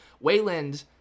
Wayland